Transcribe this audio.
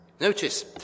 Notice